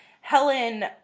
Helen